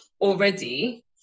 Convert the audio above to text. already